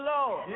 Lord